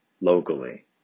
locally